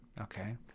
okay